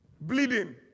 Bleeding